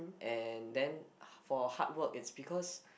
and then for hard work it's because